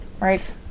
Right